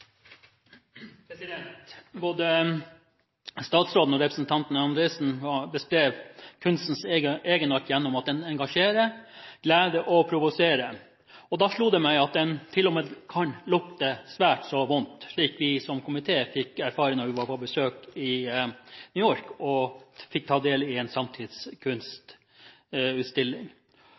representanten Andresen beskrev kunstens egenart gjennom at den engasjerer, gleder og provoserer, og da slo det meg at den til og med kan lukte svært så vondt, slik vi som komité fikk erfare da vi var på besøk i New York og fikk ta del i en samtidskunstutstilling.